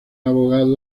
abogado